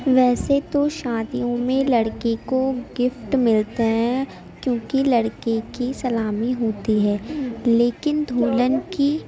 ویسے تو شادیوں میں لڑکی کو گفٹ ملتے ہیں کیونکہ لڑکی کی سلامی ہوتی ہے لیکن دولہن کی